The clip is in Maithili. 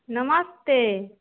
नमस्ते